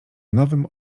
nowym